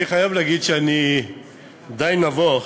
אני חייב להגיד שאני די נבוך